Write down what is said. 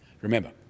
remember